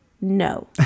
no